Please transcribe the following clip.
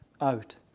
out